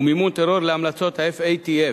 ומימון טרור להמלצות ה-FATF,